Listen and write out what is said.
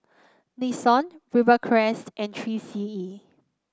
Nixon Rivercrest and Three C E